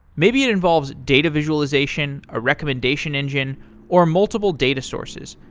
maybe it involves data visualization, a recommendation engine or multiple data sources.